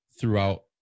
throughout